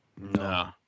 No